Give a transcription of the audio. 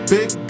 Big